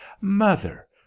Mother